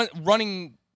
running